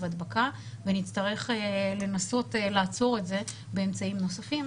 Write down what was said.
ההדבקה ונצטרך לנסות לעצור את זה באמצעים נוספים,